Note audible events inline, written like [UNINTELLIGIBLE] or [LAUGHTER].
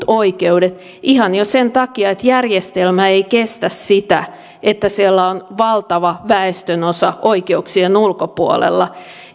[UNINTELLIGIBLE] oikeudet ihan jo sen takia että järjestelmä ei kestä sitä että siellä on valtava väestönosa oikeuksien ulkopuolella